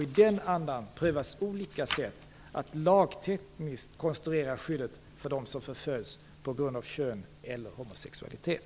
I den andan prövas olika sätt att lagtekniskt konstruera skyddet för dem som förföljs på grund av kön eller homosexualitet.